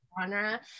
genre